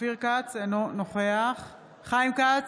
אינו נוכח חיים כץ,